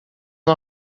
não